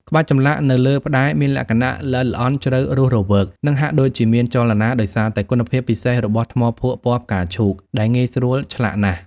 ក្បាច់ចម្លាក់នៅលើផ្តែរមានលក្ខណៈ ល្អិតល្អន់ ជ្រៅ រស់រវើក និងហាក់ដូចជាមានចលនា ដោយសារតែគុណភាពពិសេសរបស់ថ្មភក់ពណ៌ផ្កាឈូកដែលងាយស្រួលឆ្លាក់ណាស់។